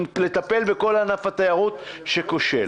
לטפל בכל ענף התיירות שכושל.